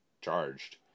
charged